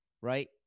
right